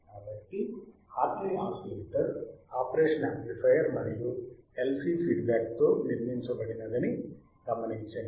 కాబట్టి Hartley oscillator operational amplifier మరియు LC feedback తో నిర్మించబడినదని గమనించండి